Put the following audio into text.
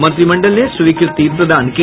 मंत्रिमंडल ने स्वीकृति प्रदान की